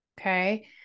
Okay